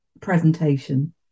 presentation